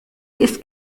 ist